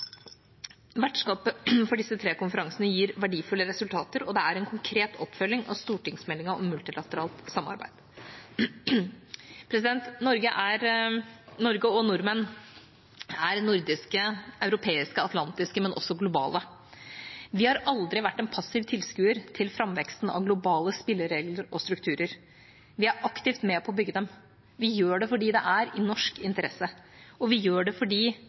Vertskapet for disse tre konferansene gir verdifulle resultater, og det er en konkret oppfølging av stortingsmeldinga om multilateralt samarbeid. Norge og nordmenn er nordiske, europeiske og atlantiske, men også globale. Vi har aldri vært en passiv tilskuer til framveksten av globale spilleregler og strukturer. Vi er aktivt med på å bygge dem. Vi gjør det fordi det er i norsk interesse, og vi gjør det